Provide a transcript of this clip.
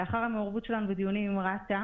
לאחר המעורבות שלנו בדיונים עם רת"א,